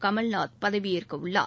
கமல்நாத் பதவியேற்கவுள்ளார்